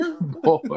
boy